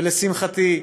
ולשמחתי,